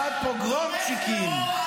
-- תיעד לפני כחודשיים כיצד פוגרומצ'יקים התפרעו